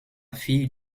fille